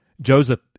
Joseph